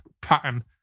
pattern